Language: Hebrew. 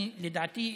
לדעתי,